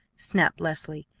snapped leslie.